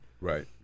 Right